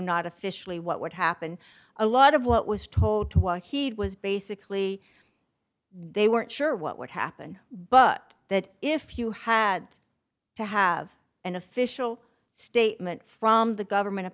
not officially what would happen a lot of what was told to while he was basically they weren't sure what would happen but that if you had to have an official statement from the government of